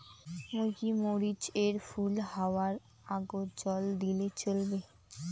মুই কি মরিচ এর ফুল হাওয়ার আগত জল দিলে চলবে?